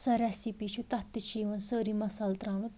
سۄ رٮ۪سِپی چھِ تَتھ تہِ چھِ یِوان سٲری مَصال ترٛاونہٕ